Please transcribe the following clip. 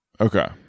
Okay